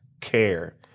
care